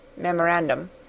Memorandum